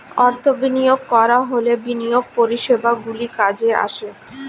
অর্থ বিনিয়োগ করা হলে বিনিয়োগ পরিষেবাগুলি কাজে আসে